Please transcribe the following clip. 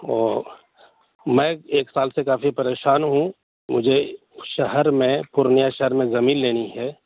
اور میں ایک سال سے کافی پریشان ہوں مجھے شہر میں پورنیہ شہر میں زمین لینی ہے